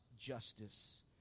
justice